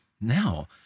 Now